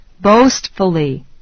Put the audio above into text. boastfully